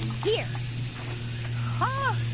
here huh?